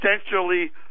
essentially